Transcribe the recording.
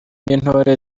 n’intore